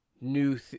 new